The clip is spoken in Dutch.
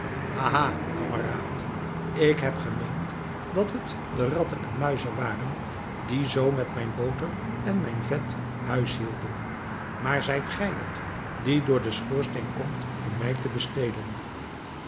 ha kameraad ik heb gemeend dat het de ratten en muizen waren die zoo met mijne boter en mijn vet huis hielden maar zijt gij het die door den schoorsteen komt om mij te bestelen